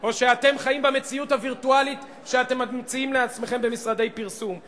או שאתם חיים במציאות הווירטואלית שאתם ממציאים לעצמכם במשרדי פרסום?